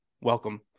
welcome